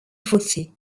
fossé